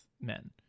men